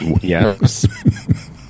Yes